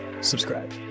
subscribe